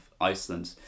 Iceland